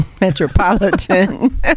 Metropolitan